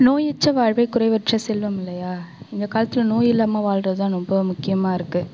நோயற்ற வாழ்வே குறைவற்ற செல்வம் இல்லையா இந்த காலத்தில் நோய் இல்லாமல் வாழ்றதுதான் ரொம்ப முக்கியமாக இருக்கு